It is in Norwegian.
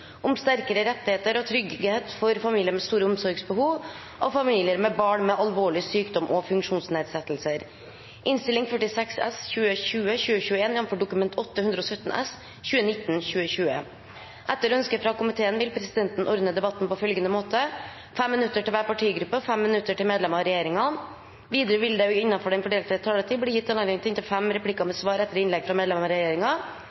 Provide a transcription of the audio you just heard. om ordet til sak nr. 2. Etter ønske fra justiskomiteen vil presidenten ordne debatten på følgende måte: 5 minutter til hver partigruppe og 5 minutter til medlemmer av regjeringen. Videre vil det – innenfor den fordelte taletid – bli gitt anledning til inntil fem replikker med svar etter innlegg fra medlemmer av